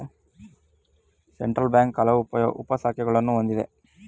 central bank ಹಲವು ಉಪ ಶಾಖೆಗಳನ್ನು ಹೊಂದಿದೆ